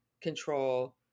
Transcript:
control